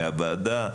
מהוועדה,